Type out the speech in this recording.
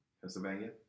Pennsylvania